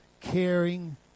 caring